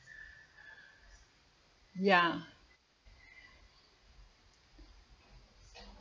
ya